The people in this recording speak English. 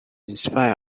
spite